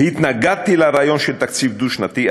התנגדתי לרעיון של תקציב דו-שנתי,